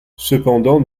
cependant